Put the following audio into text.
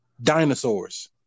dinosaurs